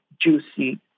juicy